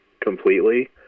completely